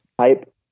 type